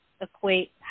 equate